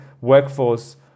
workforce